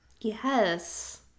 Yes